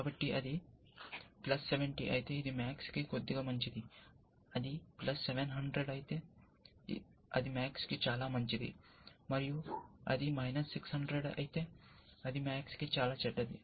కాబట్టి అది 70 అయితే ఇది MAX కి కొద్దిగా మంచిది అది 700 అయితే అది MAX కి చాలా మంచిది మరియు అది అయితే అది MAX కి చాలా చెడ్డది